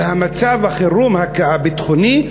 ומצב החירום הביטחוני,